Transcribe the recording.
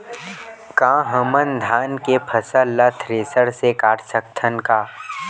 का हमन धान के फसल ला थ्रेसर से काट सकथन का?